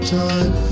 time